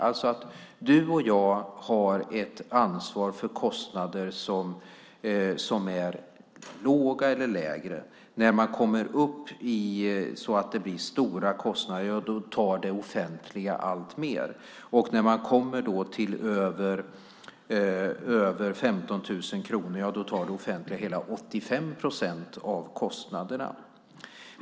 Alltså: Du och jag har ett ansvar för kostnader som är låga eller lägre. När man kommer upp så att det blir stora kostnader tar det offentliga alltmer, och när man kommer över 15 000 kronor tar det offentliga hela 85 procent av kostnaderna.